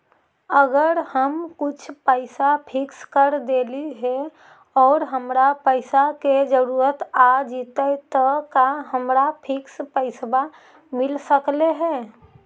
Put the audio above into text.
अगर हम कुछ पैसा फिक्स कर देली हे और हमरा पैसा के जरुरत आ जितै त का हमरा फिक्स पैसबा मिल सकले हे?